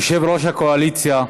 יושב-ראש הקואליציה,